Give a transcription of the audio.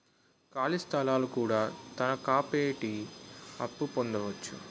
ఖాళీ స్థలాలు కూడా తనకాపెట్టి అప్పు పొందొచ్చు